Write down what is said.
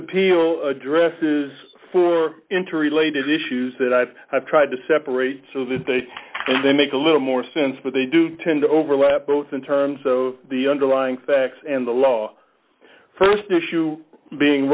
appeal addresses for interrelated issues that i have tried to separate so that they can then make a little more sense but they do tend to overlap both in terms of the underlying facts and the law st issue being